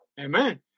Amen